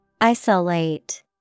Isolate